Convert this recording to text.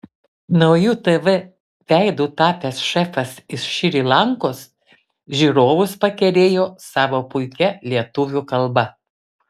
nauju tv veidu tapęs šefas iš šri lankos žiūrovus pakerėjo savo puikia lietuvių kalba